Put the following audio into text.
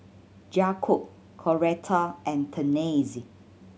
Jakobe Coletta and Tennessee